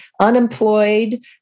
unemployed